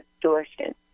distortion